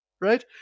right